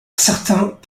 certains